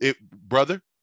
Brother